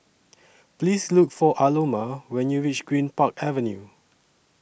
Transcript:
Please Look For Aloma when YOU REACH Greenpark Avenue